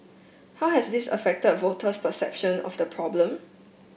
how has this affected voters perception of the problem